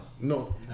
No